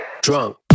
Drunk